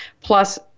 plus